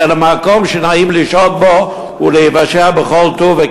אלא למקום שנעים לשהות בו ולהיוושע בכל טוב.